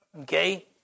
Okay